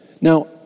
Now